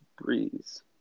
Breeze